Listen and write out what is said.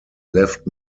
left